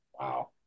Wow